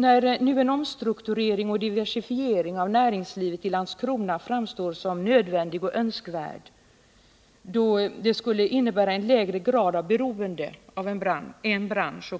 När nu en omstrukturering och diversifiering av näringslivet i Landskrona framstår som nödvändig och önskvärd skulle det innebära en lägre grad av beroende av